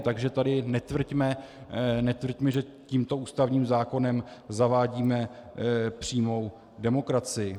Takže tady netvrďme, že tímto ústavním zákonem zavádíme přímou demokracii.